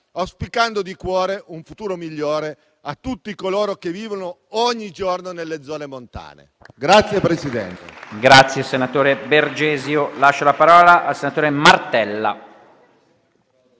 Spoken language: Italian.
auspicando di cuore un futuro migliore a tutti coloro che vivono ogni giorno nelle zone montane.